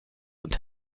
und